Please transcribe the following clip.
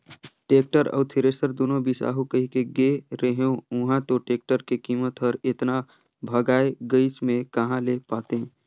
tractor अउ thresher दुनो बिसाहू कहिके गे रेहेंव उंहा तो टेक्टर के कीमत हर एतना भंगाए गइस में कहा ले पातें